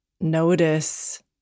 notice